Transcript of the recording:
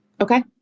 Okay